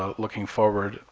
um looking forward,